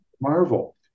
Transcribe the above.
marvel